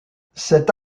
cette